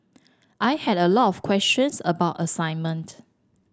I had a lot of questions about assignment